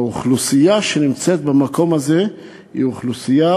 והאוכלוסייה שנמצאת במקום הזה היא אוכלוסייה